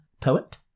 poet